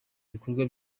ibikorwa